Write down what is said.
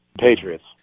Patriots